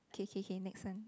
K K K next one